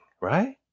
right